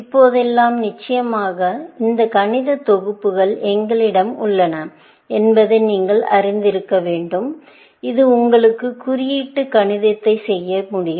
இப்போதெல்லாம் நிச்சயமாக இந்த கணித தொகுப்புகள் எங்களிடம் உள்ளன என்பதை நீங்கள் அறிந்திருக்க வேண்டும் இது உங்களுக்கு குறியீட்டு கணிதத்தை செய்ய முடியும்